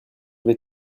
vais